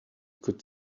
could